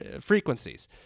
frequencies